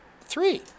three